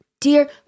dear